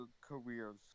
careers